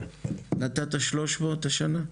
נתת 300 השנה?